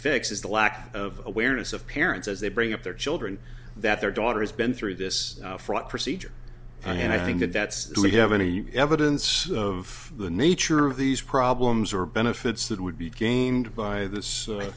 fix is the lack of awareness of parents as they bring up their children that their daughter has been through this fraught procedure and i think that that's do you have any evidence of the nature of these problems or benefits that would be gained by this so i